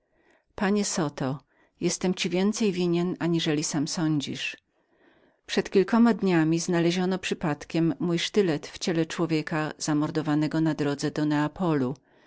panie zoto jestem ci więcej winien aniżeli sam sądzisz przed kilkoma dniami znaleziono przypadkiem mój sztylet w ciele człowieka zamordowanego na drodze do neapolu